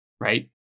right